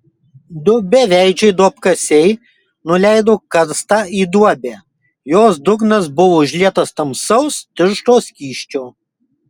du beveidžiai duobkasiai nuleido karstą į duobę jos dugnas buvo užlietas tamsaus tiršto skysčio